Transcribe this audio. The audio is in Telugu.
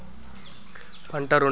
పంట ఋణం మాఫీ ఉంటదా?